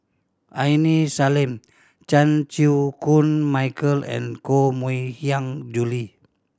Aini Salim Chan Chew Koon Michael and Koh Mui Hiang Julie